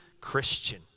Christian